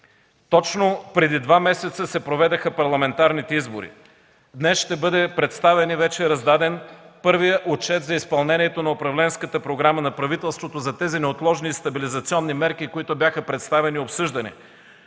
Точно преди два месеца се проведоха парламентарните избори. Днес ще бъде представен и вече е раздаден първият отчет за изпълнението на управленската програма на правителството за тези неотложни и стабилизационни мерки, които бяха представени и обсъждани.